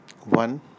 One